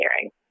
hearing